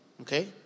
Okay